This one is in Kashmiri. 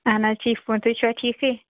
اہَن حظ ٹھیٖک پٲٹھۍ تُہۍ چھِوا ٹھیٖکھٕے